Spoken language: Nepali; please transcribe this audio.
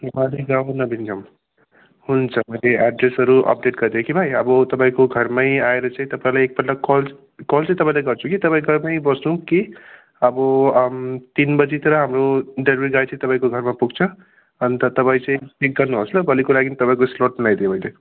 नेपाली गाउँ नबिन गाउँ हुन्छ मैले एड्रेसहरू अपडेट गरिदिएँ कि भाइ अब तपाईँको घरमै आएर चाहिँ तपाईँलाई एकपल्ट कल कल चाहिँ तपाईँलाई गर्छु कि तपाईँ घरमै बस्नु कि अब तिन बजीतिर हाम्रो डेलिभेरी गाय चाहिँ तपाईँको घरमा पुग्छ अन्त तपै चाहिँ चेक गर्नुहोस् ल भोलिको लागि तपाईँको स्लट मिलाइदिएँ मैले